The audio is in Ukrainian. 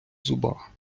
зубах